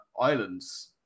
islands